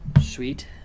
sweet